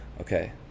Okay